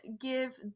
give